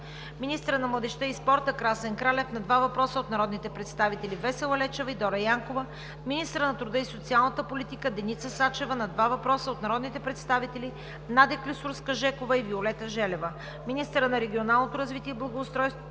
министърът на младежта и спорта Красен Кралев – на два въпроса от народните представители Весела Лечева и Дора Янкова; - министърът на труда и социалната политика Деница Сачева – на два въпроса от народните представители Надя Клисурска-Жекова и Виолета Желева; - министърът на регионалното развитие и благоустройството